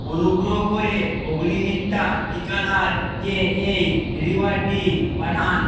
অনুগ্রহ করে অগ্নিমিত্রা টিকাদারকে এই রিওয়ার্ডটি পাঠান